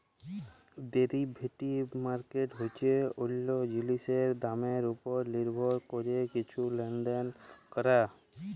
derivative market হছে অল্য জিলিসের দামের উপর লির্ভর ক্যরে কিছু লেলদেল ক্যরা